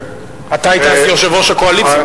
אתה היית אז יושב-ראש הקואליציה,